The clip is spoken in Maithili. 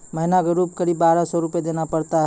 महीना के रूप क़रीब बारह सौ रु देना पड़ता है?